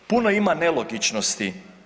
Puno ima nelogičnosti.